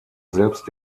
selbst